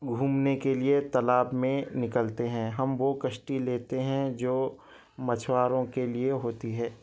گھومنے کے لیے تالاب میں نکلتے ہیں ہم وہ کشتی لیتے ہیں جو مچھواروں کے لیے ہوتی ہے